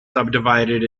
subdivided